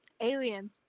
Aliens